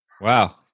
Wow